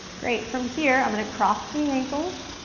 great, from here, i'm gonna cross the ankles,